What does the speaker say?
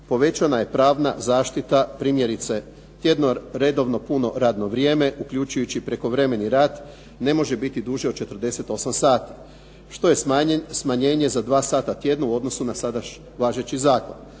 povećana je pravna zaštita primjerice, jedno redovno puno radno vrijeme uključujući i prekovremeni rad, ne može biti duže od 48 sati, što je smanjenje na dva sata tjedno u odnosu na sada važeći zakon.